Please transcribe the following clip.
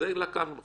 את זה לקחנו בחשבון.